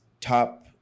top